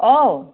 অঁ